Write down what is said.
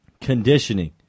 Conditioning